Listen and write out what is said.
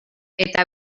eta